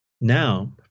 Now